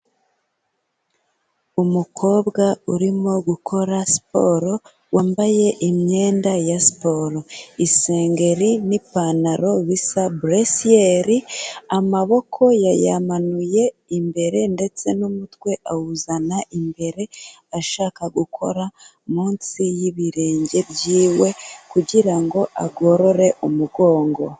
Umukobwa urimo gukora siporo, wambaye imyenda ya siporo, isengeri n'ipantaro bisa buresiyeri, amaboko yayamanuye imbere ndetse n'umutwe awuzana imbere, ashaka gukora munsi y'ibirenge by'iwe kugira ngo agorore umugongo.